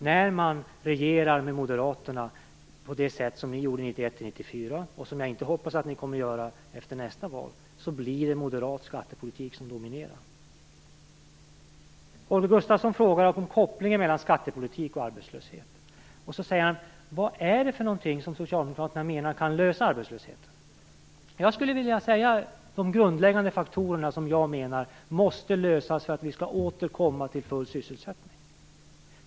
När man regerar med Moderaterna, på det sätt som ni gjorde 1991-94 och som jag hoppas att ni inte kommer att göra efter nästa val, blir det moderat skattepolitik som dominerar. Holger Gustafsson frågar om kopplingen mellan skattepolitik och arbetslöshet. Han frågar vad det är som socialdemokraterna menar kan lösa arbetslösheten. Jag skulle vilja nämna de grundläggande faktorer som jag menar avgör om vi skall återkomma till full sysselsättning.